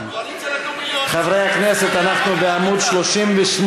חברי הכנסת, אנחנו בעמוד 38,